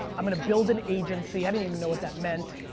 i'm gonna build an agency. i didn't even know what that meant.